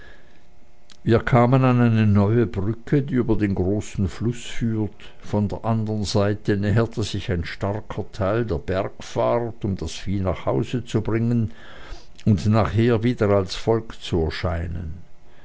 wir kamen an eine neue brücke die über den großen fluß führt von der anderen seite näherte sich ein starker teil der bergfahrt um das vieh nach hause zu bringen und nachher wieder als volk zu erscheinen